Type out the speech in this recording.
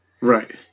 Right